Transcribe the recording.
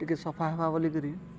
ଟିକେ ସଫା ହେବା ବୋଲିକରି